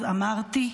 אז אמרתי,